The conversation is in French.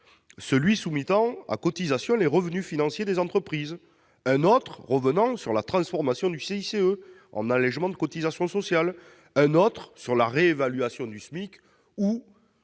: l'un soumettait à cotisation les revenus financiers des entreprises, un autre revenait sur la transformation du CICE en allégement de cotisations sociales, un suivant réévaluait le SMIC et